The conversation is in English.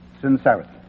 sincerity